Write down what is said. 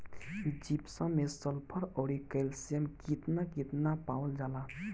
Gypsum मैं sulphur औरी calcium कितना कितना पावल जाला?